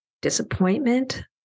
disappointment